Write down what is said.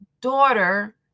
daughter